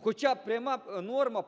Хоча пряма норма,